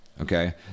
okay